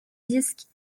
disques